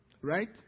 Right